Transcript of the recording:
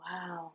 Wow